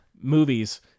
movies